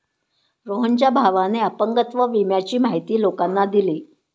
रोहनच्या भावाने अपंगत्व विम्याची माहिती लोकांना दिली